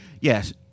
Yes